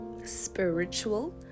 spiritual